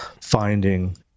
finding